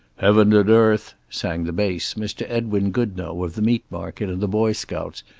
heaven and earth, sang the bass, mr. edwin goodno, of the meat market and the boy scouts.